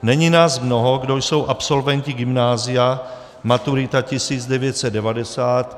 Není nás mnoho, kdo jsou absolventi gymnázia, maturita 1990.